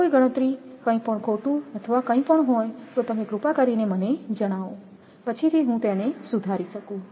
જો કોઈ ગણતરી કંઈપણ ખોટું અથવા કંઈપણ હોય તો તમે કૃપા કરીને મને જણાવો પછી હું તેને સુધારી શકું